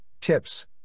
tips